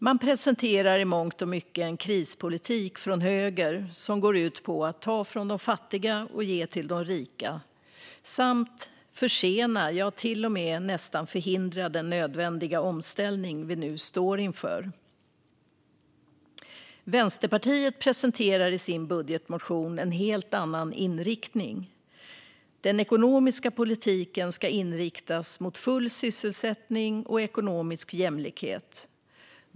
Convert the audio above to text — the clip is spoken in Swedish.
Man presenterar i mångt och mycket en krispolitik från höger som går ut på att ta från de fattiga och ge till de rika samt försena - ja, till och med nästan förhindra - den nödvändiga omställning vi nu står inför. Vänsterpartiet presenterar i sin budgetmotion en helt annan inriktning. Den ekonomiska politiken ska inriktas mot full sysselsättning och ekonomisk jämlikhet.